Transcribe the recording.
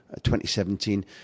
2017